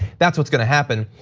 that's what's gonna happen.